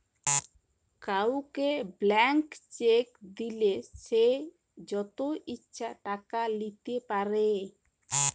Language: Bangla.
কাউকে ব্ল্যান্ক চেক দিলে সে যত ইচ্ছা টাকা লিতে পারে